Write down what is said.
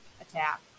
attack